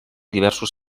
diversos